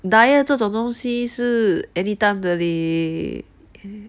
diet 这种东西是 anytime 的 leh